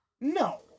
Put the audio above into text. No